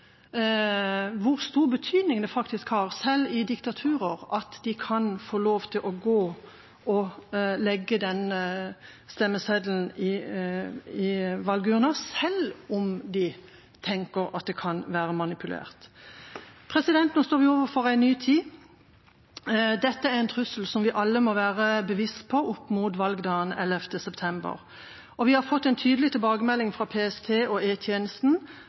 hvor stor betydning det faktisk har, selv i diktaturer, at de kan få lov til å gå og legge stemmeseddelen i valgurnen, selv om de tenker at det kan være manipulert. Nå står vi overfor en ny tid. Dette er en trussel som vi alle må være bevisste på fram mot valgdagen 11. september. Vi har fått en tydelig tilbakemelding fra PST og